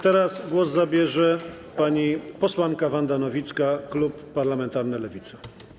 Teraz głos zabierze pani posłanka Wanda Nowicka, klub parlamentarny Lewica.